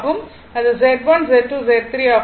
அது Z1 Z2 Z3 ஆகும்